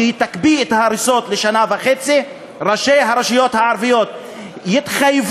שהיא תקפיא את ההריסות לשנה וחצי וראשי הרשויות הערביות יתחייבו